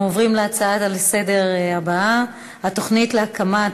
אנחנו עוברים להצעות הבאות לסדר-היום: